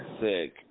sick